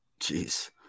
Jeez